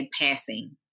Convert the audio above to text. passing